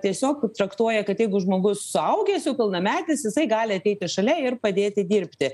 tiesiog traktuoja kad jeigu žmogus suaugęs jau pilnametis jisai gali ateiti šalia ir padėti dirbti